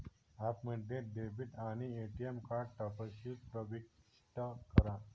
ॲपमध्ये डेबिट आणि ATM card तपशील प्रविष्ट करा